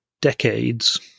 decades